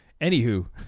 Anywho